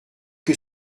que